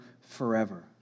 forever